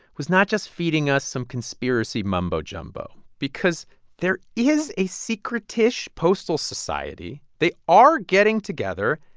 was not just feeding us some conspiracy mumbo jumbo because there is a secret-ish postal society. they are getting together,